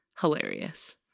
hilarious